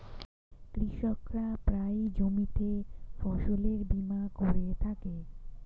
কৃষকরা প্রায়ই জমিতে ফসলের বীমা করে থাকে